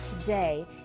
today